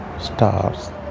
stars